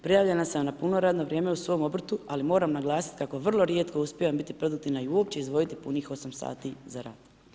Prijavljena sam na puno radno vrijeme u svom obrtu, ali moram naglasiti kako vrlo rijetko uspijevam biti produktivna i uopće izdvojiti punih 8 sati za rad.